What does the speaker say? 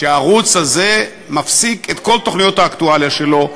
שהערוץ הזה מפסיק את כל תוכניות האקטואליה שלו.